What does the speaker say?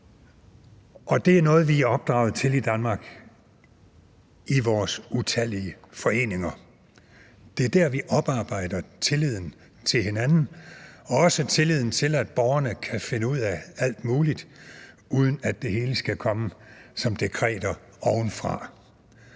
det er noget, vi er opdraget med i Danmark i vores utallige foreninger. Det er dér, vi oparbejder tilliden til hinanden og også tilliden til, at borgerne kan finde ud af alt muligt, uden at det hele skal komme som dekreter ovenfra.